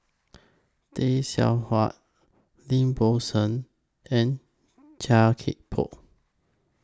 Tay Seow Huah Lim Bo Seng and Chia Thye Poh